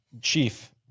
chief